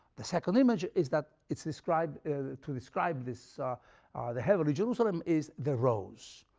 the second image is that it's described to describe this the heavenly jerusalem is the rose,